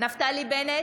נפתלי בנט,